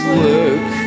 work